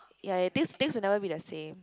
ya ya things things will never be the same